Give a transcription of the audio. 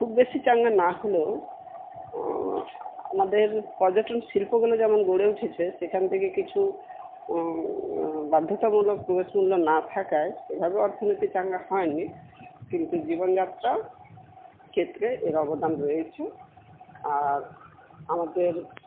খুব বেশি চাঙ্গা না হলেও আমাদের পর্যটন শিল্পগুলো যেমন গড়ে উঠেছে সেখান থেকে কিছু বাধ্যতামূলক প্রবেশমূল্য না থাকায় সেভাবে অর্থনীতি চাঙ্গা হয়নি কিন্তু জীবনযাত্রা ক্ষেত্রে এর অবদান রয়েছে আর আমাদের